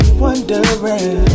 wondering